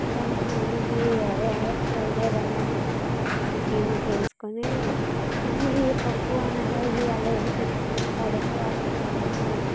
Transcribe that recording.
దానికి మళ్ళీ ఫ్రై ఏదైనా బెండకాయ అలాంటివి వేసుకొని కొన్ని పప్పు అనగా ఇవి అలాంటివి ఏమన్నా వాటిలకేమో